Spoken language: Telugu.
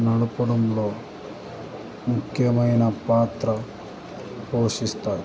నడపడంలో ముఖ్యమైన పాత్ర పోషిస్తారు